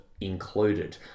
included